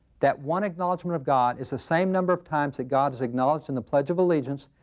that one acknowledgement of god is the same number of times that god is acknowledged in the pledge of allegiance,